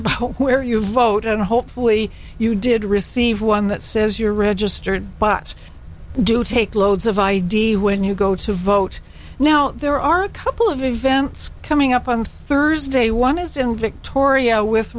about where your vote and hopefully you did receive one that says you're registered but do take loads of id when you go to vote now there are a couple of events coming up on thursday one is in victoria with